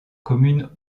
commune